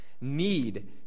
need